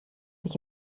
sich